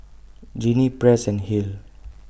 Genie Press and Hale